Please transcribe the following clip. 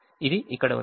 ఇది ఇక్కడ ఉంది